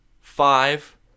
five